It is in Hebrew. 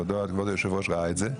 כבוד היושב-ראש ראה את זה,